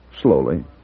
Slowly